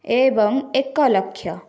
ଏବଂ ଏକ ଲକ୍ଷ